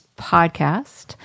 podcast